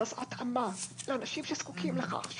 אלא זו התאמה לאנשים שזקוקים לכך,